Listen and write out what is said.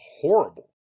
horrible